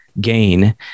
gain